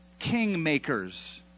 kingmakers